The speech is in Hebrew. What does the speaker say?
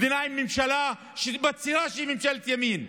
מדינה עם ממשלה שמצהירה שהיא ממשלת ימין,